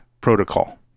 protocol